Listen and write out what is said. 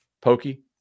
pokey